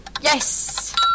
yes